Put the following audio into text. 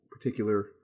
particular